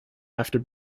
after